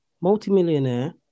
multi-millionaire